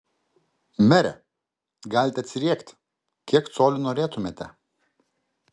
mere galite atsiriekti kiek colių norėtumėte